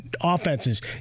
offenses